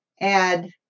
add